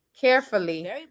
carefully